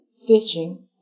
fishing